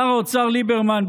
שר האוצר ליברמן,